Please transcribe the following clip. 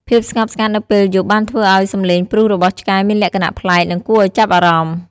ភាពស្ងប់ស្ងាត់នៅពេលយប់បានធ្វើឱ្យសំឡេងព្រុសរបស់ឆ្កែមានលក្ខណៈប្លែក និងគួរឱ្យចាប់អារម្មណ៍។